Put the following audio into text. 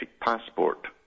passport